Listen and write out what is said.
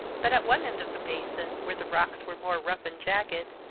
but at one end of the basin, where the rocks were more rough and jagged,